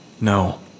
No